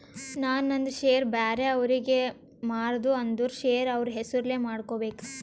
ನಾ ನಂದ್ ಶೇರ್ ಬ್ಯಾರೆ ಅವ್ರಿಗೆ ಮಾರ್ದ ಅಂದುರ್ ಶೇರ್ ಅವ್ರ ಹೆಸುರ್ಲೆ ಮಾಡ್ಕೋಬೇಕ್